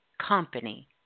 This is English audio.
company